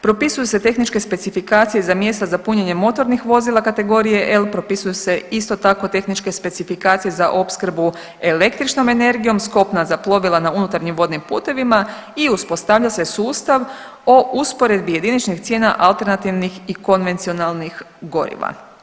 Propisuju se tehničke specifikacije za mjesta za punjenje motornih vozila kategorije L, propisuju se isto tako tehničke specifikacije za opskrbu električnom energijom s kopna za plovila na unutarnjim vodnim putevima i uspostavlja se sustav o usporedbi jediničnih cijena alternativnih i konvencionalnih goriva.